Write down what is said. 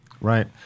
Right